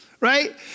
right